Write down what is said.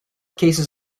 cases